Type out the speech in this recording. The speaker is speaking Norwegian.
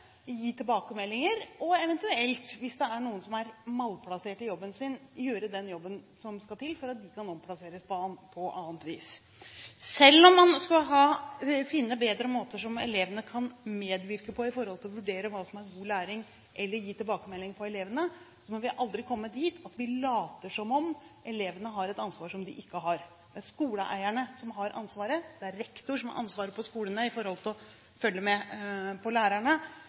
gi tilbakemeldinger, og eventuelt, hvis det er noen som er malplassert i jobben sin, gjøre den jobben som skal til for at de kan omplasseres på annet vis. Selv om man skulle finne bedre måter som elevene kan medvirke på med hensyn til å vurdere hva som er god læring eller hvordan gi tilbakemelding til elevene, må vi aldri komme dit at vi later som om elevene har et ansvar som de ikke har. Det er skoleeierne som har ansvaret. Det er rektor på skolene som har ansvaret for å følge med på lærerne, og det er ikke sånn at vi på